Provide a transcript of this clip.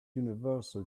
universal